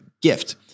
gift